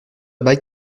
bague